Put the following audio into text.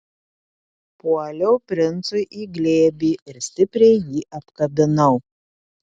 puoliau princui į glėbį ir stipriai jį apkabinau